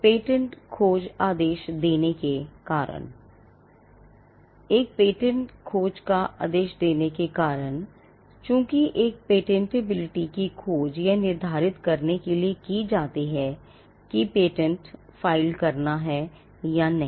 एक पेटेंट खोज का आदेश देने के कारण चूंकि एक पेटेंटबिलिटी की खोज यह निर्धारित करने के लिए की जाती है कि पेटेंट फाइल करना है या नहीं